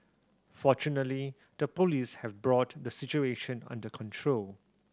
fortunately the Police have brought the situation under control